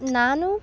ನಾನು